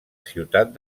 ciutat